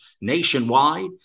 nationwide